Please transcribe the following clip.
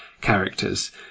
characters